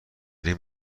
این